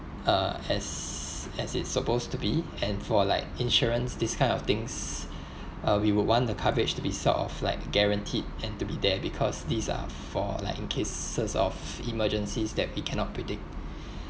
uh as as it's supposed to be and for like insurance this kind of things uh we would want the coverage to be sort of like guaranteed and to be there because these are for like in cases of emergencies that we cannot predict